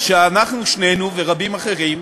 שאנחנו שנינו, ורבים אחרים,